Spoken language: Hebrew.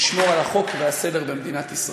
לשמור על החוק והסדר במדינת ישראל.